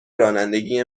رانندگی